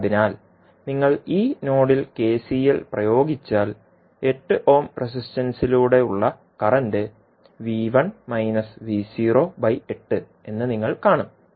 അതിനാൽ നിങ്ങൾ ഈ നോഡിൽ കെസിഎൽ പ്രയോഗിച്ചാൽ 8 ഓം റെസിസ്റ്റൻസിലൂടെ ഉളള കറന്റ് എന്ന് നിങ്ങൾ കാണും